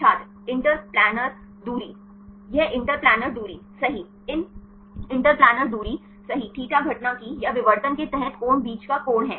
छात्र interplanar दूरी यह interplanar दूरी सही इन interplanar दूरी सही θ घटना की या विवर्तन के तहत कोण बीच का कोण है